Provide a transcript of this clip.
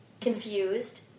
confused